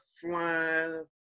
flying